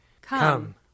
Come